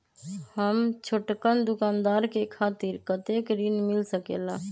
हम छोटकन दुकानदार के खातीर कतेक ऋण मिल सकेला?